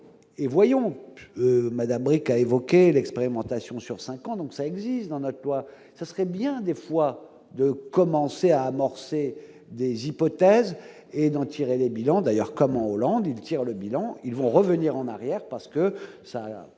et voyons Madame Bricq a évoqué l'expérimentation sur. 5 ans, donc ça existe dans notre loi, ça serait bien, des fois, de commencer à amorcer des hypothèses et d'en tirer les bilans d'ailleurs comme Hollande, il tire le bilan : ils vont revenir en arrière, parce que ça